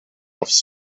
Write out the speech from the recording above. aufs